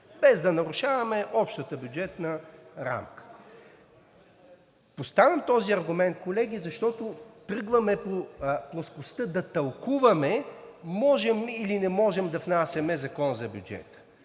без да нарушаваме общата бюджетна рамка? Поставям този аргумент, колеги, защото тръгваме по плоскостта да тълкуваме можем ли, или не можем да внасяме Законопроект за бюджета.